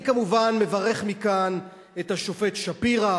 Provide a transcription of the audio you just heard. אני כמובן מברך מכאן את השופט שפירא,